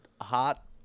hot